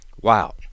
wow